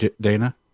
Dana